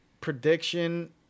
prediction